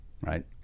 right